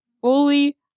Fully